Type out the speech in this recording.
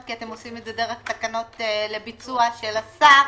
כי אתם עושים את זה דרך תקנות לביצוע של השר,